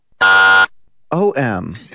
O-M